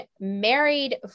married